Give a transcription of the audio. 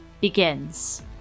begins